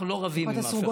אנחנו לא רבים עם אף אחד.